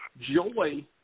joy